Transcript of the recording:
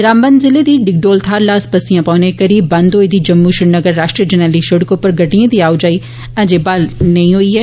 रामबन ज़िले दी डिगडोल थाहर लास पस्सियां पौने करी बंद होई दी जम्मू श्रीनगर राष्ट्रीय जरनैली षिड़क उप्पर गड़िडएं दी आओजाई अजें ब्हाल नेईं होई ऐ